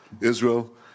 Israel